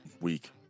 week